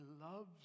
loves